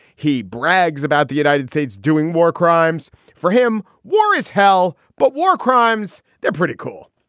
he brags about the united states doing war crimes for him. war is hell, but war crimes, they're pretty cool.